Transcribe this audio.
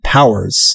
Powers